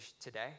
today